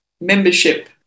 membership